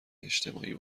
اجتماعی